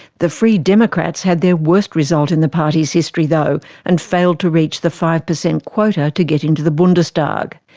the free democrats had their worst result in the party's history though and failed to reach the five percent quota to get into the bundestag.